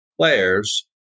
players